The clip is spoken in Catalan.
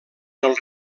del